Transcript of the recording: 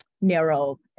narrow